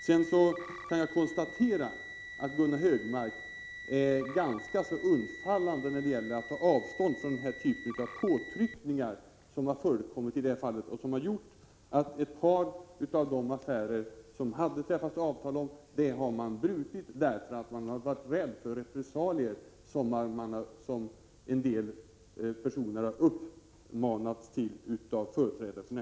Sedan kan jag konstatera att Gunnar Hökmark är ganska undfallande när det gäller att ta avstånd från den typ av påtryckningar som har förekommit i det här fallet och som har gjort att man i ett par affärer har brutit avtal som träffats, därför att man varit rädd för repressalier från personer som av företrädare för näringslivet uppmanats att utöva sådana.